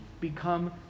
become